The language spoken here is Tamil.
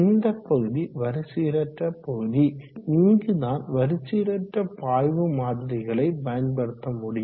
இந்த பகுதி வரிச்சீரற்ற பகுதி இங்குதான் வரிச்சீரற்ற பாய்வு மாதிரிகளை பயன்படுத்த முடியும்